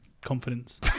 confidence